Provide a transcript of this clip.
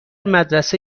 مدرسه